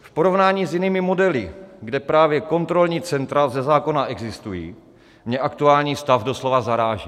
V porovnání s jinými modely, kde právě kontrolní centra ze zákona existují, mě aktuální stav doslova zaráží.